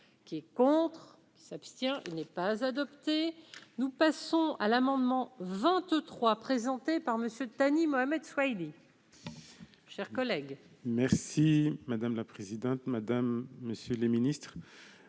qui est contre. S'abstient, il n'est pas adopté, nous passons à l'amendement vingt-trois, présenté par Monsieur Thani Mohamed Soihili. Chers collègues. Merci madame la présidente, Madame Monsieur le Ministre,